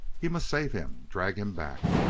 he must save him, drag him back.